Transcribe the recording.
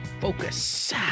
Focus